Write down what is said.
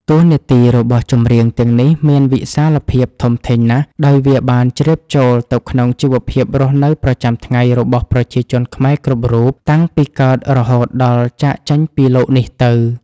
តួនាទីរបស់ចម្រៀងទាំងនេះមានវិសាលភាពធំធេងណាស់ ដោយវាបានជ្រាបចូលទៅក្នុងជីវភាពរស់នៅប្រចាំថ្ងៃរបស់ប្រជាជនខ្មែរគ្រប់រូប តាំងពីកើតរហូតដល់ចាកចេញពីលោកនេះទៅ។